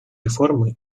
реформы